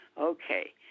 Okay